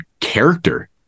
character